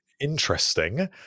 interesting